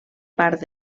part